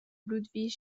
ludwig